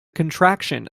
contraction